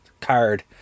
card